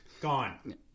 gone